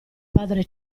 padre